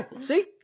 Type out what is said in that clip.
see